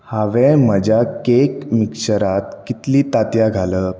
हांवें म्हज्या केक मिक्शचरांत कितलीं तांतयां घालप